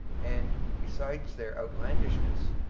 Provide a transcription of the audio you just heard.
and, besides their outlandishness,